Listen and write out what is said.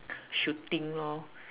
shooting lor